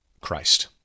Christ